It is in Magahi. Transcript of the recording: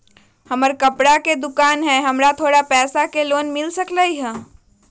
हमर कपड़ा के दुकान है हमरा थोड़ा पैसा के लोन मिल सकलई ह?